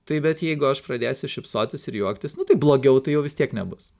tai bet jeigu aš pradėsiu šypsotis ir juoktis nu tai blogiau tai jau vis tiek nebus